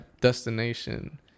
destination